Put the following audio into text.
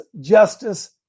justice